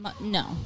no